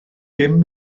bum